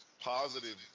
positive